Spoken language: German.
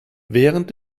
während